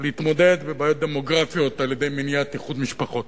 להתמודד עם בעיות דמוגרפיות על-ידי מניעת איחוד משפחות.